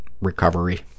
recovery